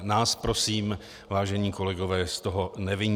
Nás prosím, vážení kolegové, z toho neviňte.